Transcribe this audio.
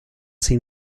seem